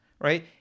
right